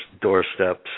doorsteps